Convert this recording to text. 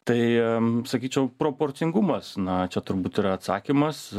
tai sakyčiau proporcingumas na čia turbūt yra atsakymas